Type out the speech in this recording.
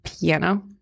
piano